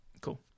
cool